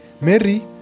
Mary